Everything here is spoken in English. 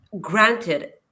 granted